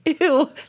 Ew